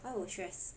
why will stress